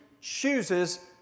chooses